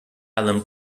alan